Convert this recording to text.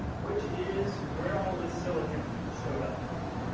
which is where all this silicon showed up from.